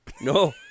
No